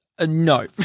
No